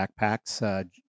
backpacks